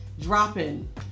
dropping